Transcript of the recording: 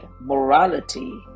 morality